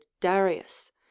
darius